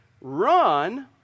run